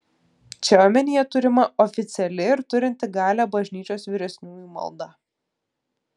čia omenyje turima oficiali ir turinti galią bažnyčios vyresniųjų malda